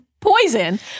poison